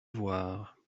voir